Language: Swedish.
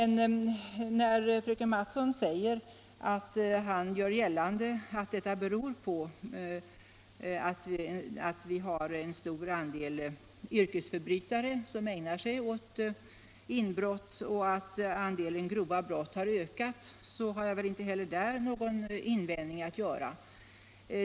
När fröken Mattson säger att han gör gällande att denna utveckling beror på att vi har en stor andel yrkesförbrytare som ägnar sig åt inbrott och att andelen grova brott har ökat, så har jag inte heller i det avseendet någon invändning att göra.